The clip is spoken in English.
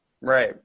right